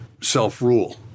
self-rule